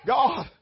God